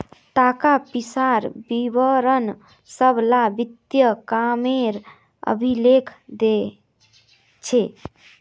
ताका पिसार विवरण सब ला वित्तिय कामेर अभिलेख छे